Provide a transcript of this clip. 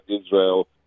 Israel